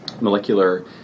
molecular